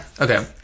Okay